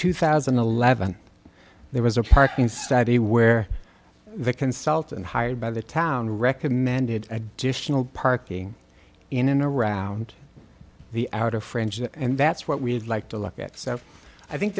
two thousand and eleven there was a parking study where the consultant hired by the town recommended additional parking in and around the outer fringe and that's what we'd like to look at so i think